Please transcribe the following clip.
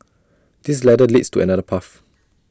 this ladder leads to another path